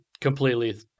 completely